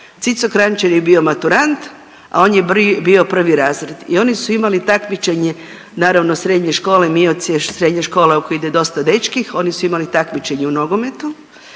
Cico Kranjčar je bio maturant, a on je bio prvi razred i oni su imali takmičenje naravno srednje škole MIOC je srednja škola u koju ide dosta dečki onih su imali takmičenje u nogometu